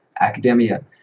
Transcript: academia